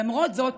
למרות זאת,